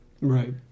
Right